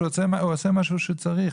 שהוא עושה משהו שצריך,